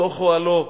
בתוך אוהלו.